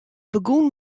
begûn